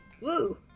Woo